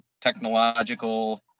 technological